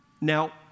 Now